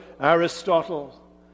Aristotle